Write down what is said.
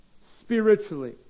spiritually